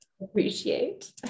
Appreciate